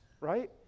right